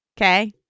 okay